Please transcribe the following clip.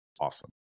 awesome